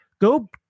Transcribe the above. Go